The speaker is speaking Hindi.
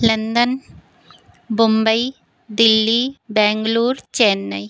लंदन मुम्बई दिल्ली बैंगलोर चेन्नई